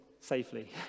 safely